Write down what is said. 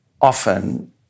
often